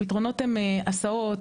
הפתרונות הם הסעות,